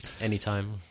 anytime